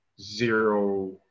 zero